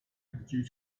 due